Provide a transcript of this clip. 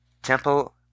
Temple